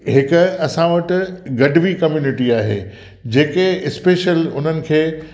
हिकु असां वटि गॾ ॿीं कम्यूनिटी आहे जेके स्पेशल उन्हनि खे